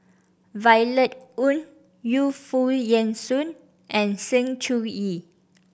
Violet Oon Yu Foo Yen Shoon and Sng Choon Yee